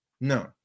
no